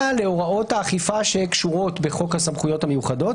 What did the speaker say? להוראות האכיפה שקשורות בחוק הסמכויות המיוחדות,